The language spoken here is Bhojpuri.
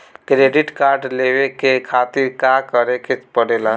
क्रेडिट कार्ड लेवे के खातिर का करेके पड़ेला?